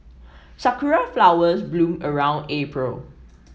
sakura flowers bloom around April